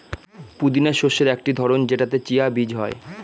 পুদিনা শস্যের একটি ধরন যেটাতে চিয়া বীজ হয়